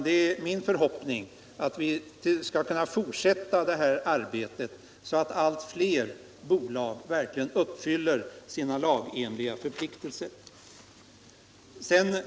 Det är min förhoppning att vi skall kunna fortsätta det här arbetet, så att allt fler bolag verkligen uppfyller sina lagenliga förpliktelser.